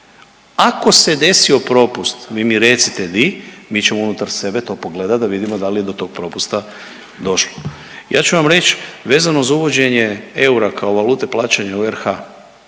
Ako se desio propust, vi mi recite di, mi ćemo unutar sebe to pogledati, da li je to do tog propusta došlo. Ja ću vam reći vezano za uvođenje eura kao valute plaćanja u RH.